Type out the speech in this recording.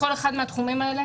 בכל אחד מהתחומים האלה